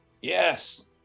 Yes